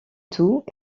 tout